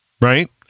right